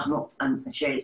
אנחנו אנשי מחאה,